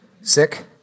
sick